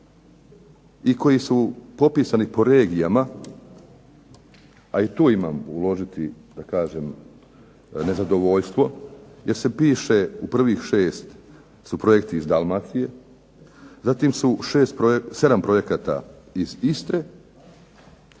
i koji su popisani po regijama, a i tu imam uložiti da kažem nezadovoljstvo, jer se piše u prvih 6 su projekti iz Dalmacije, zatim su 7 projekata iz Istre,